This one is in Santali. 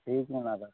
ᱴᱷᱤᱠ ᱢᱮᱱᱟᱜ ᱟᱠᱟᱫᱟ